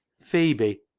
phebe,